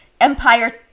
empire